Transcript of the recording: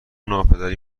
ناپدری